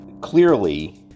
clearly